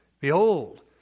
Behold